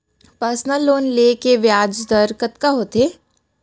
Personal loan ले के ब्याज दर कतका होथे?